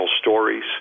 stories